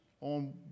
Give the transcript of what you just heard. on